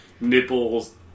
nipples